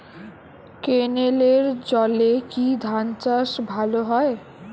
ক্যেনেলের জলে কি ধানচাষ ভালো হয়?